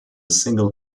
single